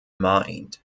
mind